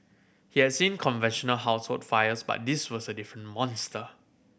he had seen conventional household fires but this was a different monster